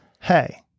hey